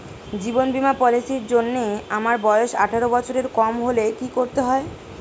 জীবন বীমা পলিসি র জন্যে আমার বয়স আঠারো বছরের কম হলে কি করতে হয়?